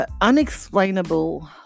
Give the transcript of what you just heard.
unexplainable